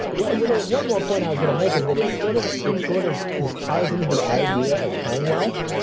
well, there is one more point i was going to make, is that it sort of it sort of this ties into the idea of time wealth,